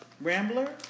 Rambler